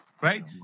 Right